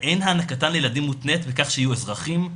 ואין הענקתם לילדים מותנית בכך שיהיו אזרחים,